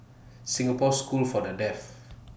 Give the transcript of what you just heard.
Singapore School For The Deaf